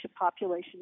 population